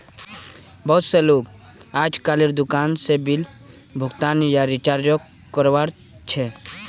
बहुत स लोग अजकालेर दुकान स बिल भुगतान या रीचार्जक करवा ह छेक